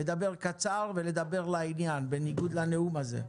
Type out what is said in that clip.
לדבר קצר ולדבר לעניין בניגוד לנאום הזה,